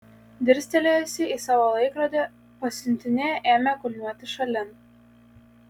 dirstelėjusi į savo laikrodį pasiuntinė ėmė kulniuoti šalin